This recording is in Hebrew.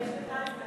הכביש של טייבה.